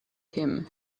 him